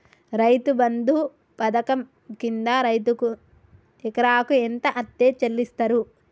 రైతు బంధు పథకం కింద రైతుకు ఎకరాకు ఎంత అత్తే చెల్లిస్తరు?